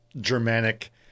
Germanic